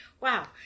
Wow